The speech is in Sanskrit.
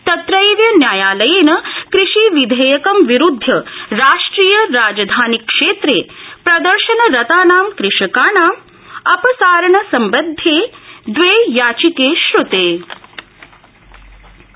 तत्रैव न्यायलयेन कृषि विधेयकं विरुध्ये राष्ट्रिय राजधानी क्षेत्रे प्रदर्शनरतानां क़षकाणां अपसारणसम्बधे दवे याचिके श्र्ते